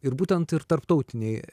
ir būtent ir tarptautinėj